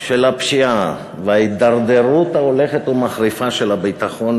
של הפשיעה וההידרדרות ההולכת ומחריפה של הביטחון